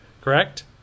correct